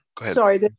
Sorry